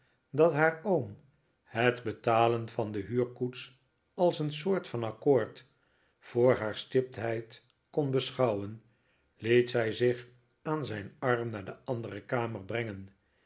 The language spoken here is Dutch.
dat haar oom het betalen van de huurkoets als een soort van accoord voor haar stiptheid kon beschouwen liet zij zich aan zijn arm naar de andere kamer brengen